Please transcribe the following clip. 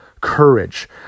courage